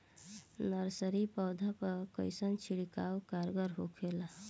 Nursery पौधा पर कइसन छिड़काव कारगर होखेला?